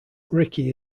ricky